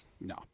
No